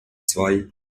zwei